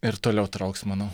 ir toliau trauks manau